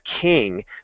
king